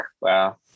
Wow